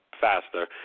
faster